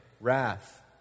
wrath